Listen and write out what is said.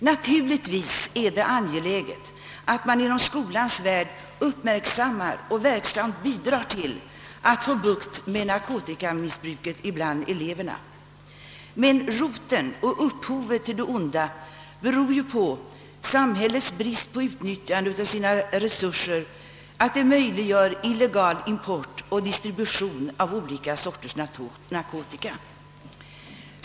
Naturligtvis är det angeläget att man inom skolans värld uppmärksammar och verksamt bidrar till att få bukt med narkotikamissbruket bland eleverna. Men roten och upphovet till det onda är ju samhällets bristande utnyttjande av sina resurser, vilket möjliggör illegal import och distribution av olika slags narkotika.